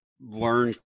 learn